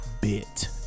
bit